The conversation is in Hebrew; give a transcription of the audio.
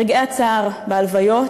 ברגעי הצער: בהלוויות,